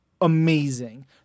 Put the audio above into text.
amazing